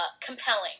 compelling